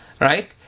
right